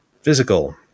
physical